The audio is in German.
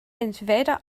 entweder